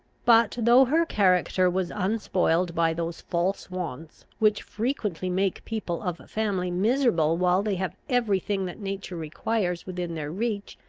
but, though her character was unspoiled by those false wants, which frequently make people of family miserable while they have every thing that nature requires within their reach,